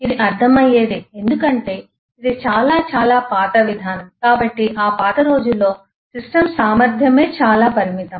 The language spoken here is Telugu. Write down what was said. ఇది అర్థమయ్యేదే ఎందుకంటే ఇది చాలా చాలా పాత విధానం కాబట్టి ఆ పాత రోజుల్లో సిస్టమ్ సామర్థ్యమే చాలా పరిమితం